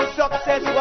success